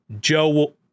joe